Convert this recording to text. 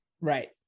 Right